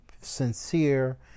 sincere